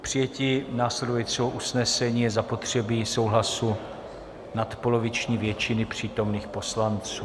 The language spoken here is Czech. K přijetí následujícího usnesení je zapotřebí souhlasu nadpoloviční většiny přítomných poslanců.